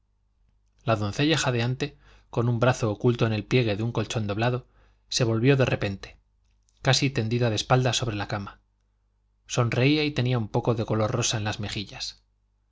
la doncella jadeante con un brazo oculto en el pliegue de un colchón doblado se volvió de repente casi tendida de espaldas sobre la cama sonreía y tenía un poco de color rosa en las mejillas